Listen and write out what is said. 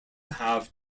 have